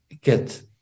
get